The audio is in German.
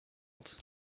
ort